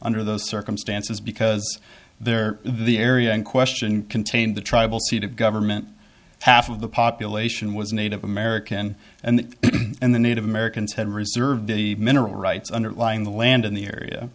under those circumstances because there the area in question contained the tribal seat of government half of the population was native american and and the native americans had reserved the mineral rights underlying the land in the area